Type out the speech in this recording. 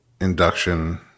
induction